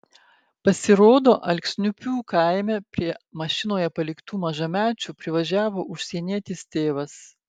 pasirodo alksniupių kaime prie mašinoje paliktų mažamečių privažiavo užsienietis tėvas